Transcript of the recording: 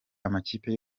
amakipe